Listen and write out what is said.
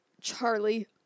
Charlie